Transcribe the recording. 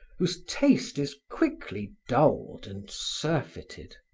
whose taste is quickly dulled and surfeited.